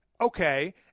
Okay